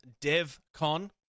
DevCon